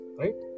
right